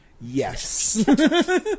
yes